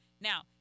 Now